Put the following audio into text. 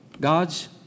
God's